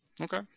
Okay